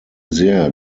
sehr